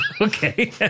Okay